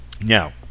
Now